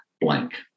blank